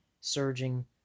surging